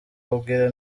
akakubwira